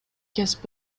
кесип